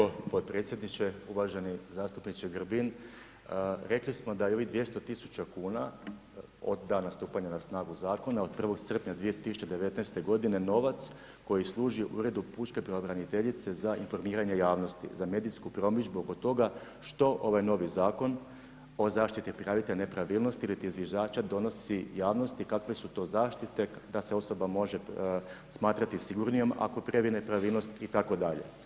1Hvala lijepo podpredsjedniče, uvaženi zastupniče Grbin, rekli smo da je ovih 200.000 kuna od dana stupanja na snagu zakona od 1. srpnja 2019. godine novac koji služi Uredu pučke pravobraniteljice za informiranje javnosti, za medijsku promidžbu oko toga što ovaj novi Zakon o zaštiti prijavitelja nepravilnosti ili ti zviždača donosi javnosti, kakve su to zaštite, da se osoba može smatrati sigurnijom ako prijavi nepravilnost itd.